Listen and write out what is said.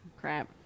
crap